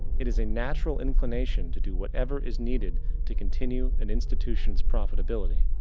it is a natural inclination to do whatever is needed to continue an institution's profitability.